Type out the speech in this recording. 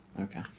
Okay